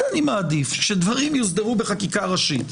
אני מעדיף שדברים יוסדרו בחקיקה ראשית.